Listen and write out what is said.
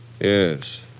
Yes